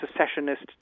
secessionist